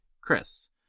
Chris